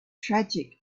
tragic